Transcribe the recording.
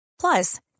Plus